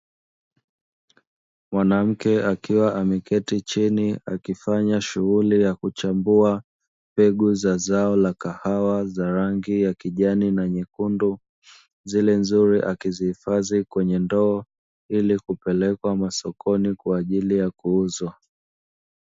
Mwanamke akiwa ameketi chini, akifanya shughuli ya kuchambua mbegu za zao la kahawa za rangi ya kijani na nyekundu, zile nzuri akizihifadhi kwenye ndoo ili kupelekwa masokoni kwaajili ya kuuzwa.